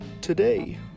Today